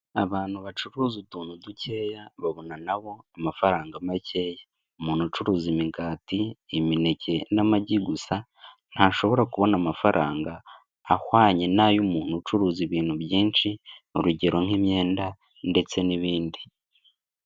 Abantu bacuruza utuntu dukeya babona na bo amafaranga makeya, umuntu ucuruza imigati, imineke n'amagi gusa, ntashobora kubona amafaranga ahwanye n'ay'umuntu ucuruza ibintu byinshi, urugero nk'imyenda ndetse n'ibindi.